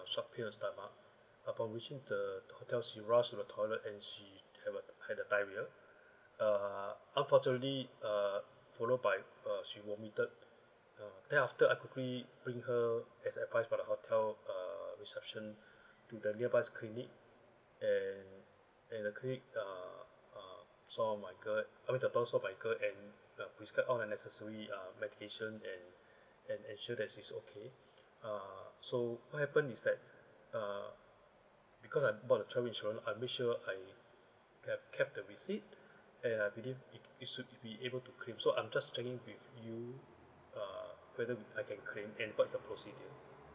sharp pain on stomach upon reaching the hotel she rush to the toilet and she had a had a diarrhea uh unfortunately uh followed by uh she vomited uh then after I quickly bring her as advised by the hotel uh reception to the nearby clinic and and the clinic uh uh sort of and prescribed all the necessary ah medication and and ensure that she is okay ah so what happened is that uh because I bought the travel insurance I make sure I have kept the receipt and I believe it should be able to claim so I'm just checking with you uh whether I can claim and what's the procedure